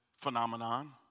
phenomenon